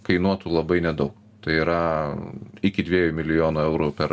kainuotų labai nedaug tai yra iki dviejų milijonų eurų per